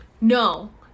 No